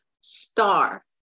star